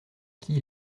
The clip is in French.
qui